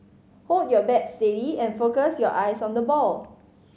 hold your bat steady and focus your eyes on the ball